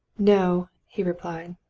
no! he replied.